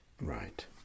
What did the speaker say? Right